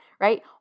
right